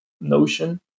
notion